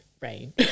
rain